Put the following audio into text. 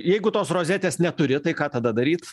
jeigu tos rozetės neturi tai ką tada daryt